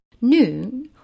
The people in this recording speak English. Noon